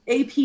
AP